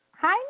Hi